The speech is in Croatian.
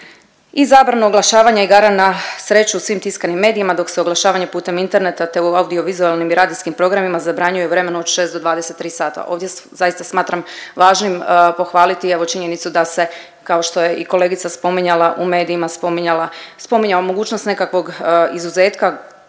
i zabrana oglašavanja igara na sreću u svim tiskanim medijima, dok se oglašavanje putem interneta, te u audiovizualnim i radijskim programima zabranjuje u vremenu od 6 do 23 sata. Ovdje zaista smatram važnim pohvaliti evo činjenicu da se, kao što je i kolegica spominjala, u medijima spominjala, spominjao mogućnost nekakvog izuzetka